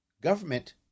Government